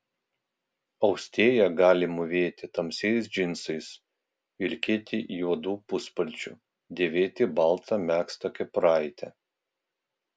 austėja gali mūvėti tamsiais džinsais vilkėti juodu puspalčiu dėvėti baltą megztą kepuraitę